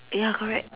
ya correct